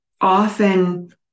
often